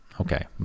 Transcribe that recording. Okay